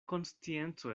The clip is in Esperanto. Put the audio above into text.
konscienco